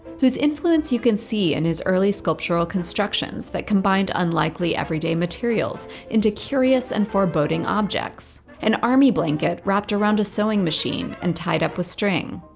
whose influence you can see in his early sculptural constructions that combined unlikely everyday materials into a curious and foreboding objects an army blanket wrapped around a sewing machine and tied up with string,